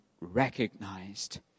recognized